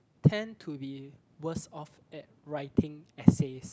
tend to be worse off at writing essays